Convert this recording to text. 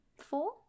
Four